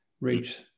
reach